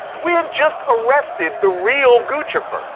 we had just arrested the real guccifer